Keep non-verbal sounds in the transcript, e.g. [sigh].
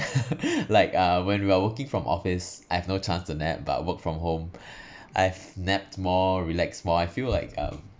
[laughs] like uh when we are working from office I have no chance to nap but work from home [breath] I've napped more relax more I feel like [noise] um